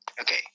Okay